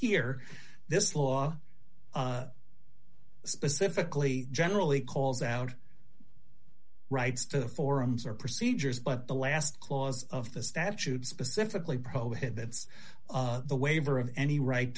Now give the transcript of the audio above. here this law specifically generally calls out rights to the forums or procedures but the last clause of the statute specifically prohibits the waiver of any right